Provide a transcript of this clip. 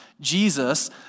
Jesus